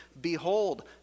Behold